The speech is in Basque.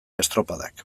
estropadak